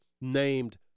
named